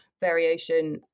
variation